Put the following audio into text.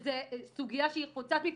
שזה סוגיה שהיא חוצה מפלגות,